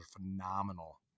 phenomenal